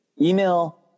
email